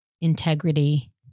Integrity